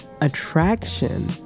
attraction